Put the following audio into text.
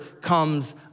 comes